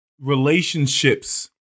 relationships